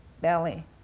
belly